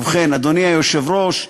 ובכן, אדוני היושב-ראש,